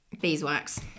beeswax